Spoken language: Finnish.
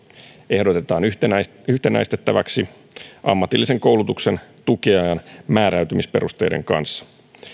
ehdotetaan yhtenäistettäväksi ammatillisen koulutuksen tukiajan määräytymisperusteiden kanssa